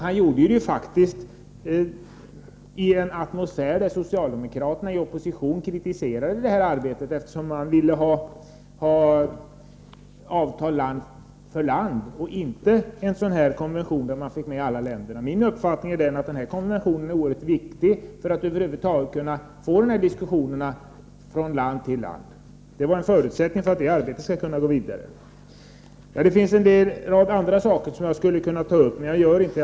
Han gjorde det i en atmosfär där socialdemokraterna i opposition kritiserade detta arbete, eftersom de ville ha avtal land för land och inte en sådan här konvention, där man fick med alla länder. Min uppfattning är att denna konvention är oerhört viktig för att vi över huvud taget skall kunna få dessa diskussioner från land till land. Det var en förutsättning för att detta arbete skall kunna gå vidare. Det finns en rad andra saker som jag skulle kunna ta upp, men det gör jag inte.